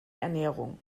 ernährung